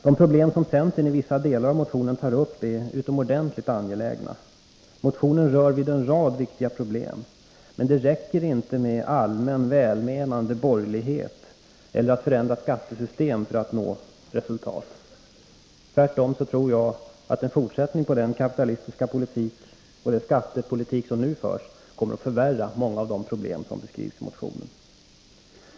De problem som centern i vissa delar av motionen tar upp är utomordentligt angelägna. Motionen rör vid en rad viktiga problem. Men det räcker inte med allmänt välmenande borgerlighet eller ett förändrat skattesystem för att nå resultat. Jag tror tvärtom att en fortsättning på den kapitalistiska politik och den skattepolitik som nu förs kommer att förvärra många av de problem som beskrivs i motionen.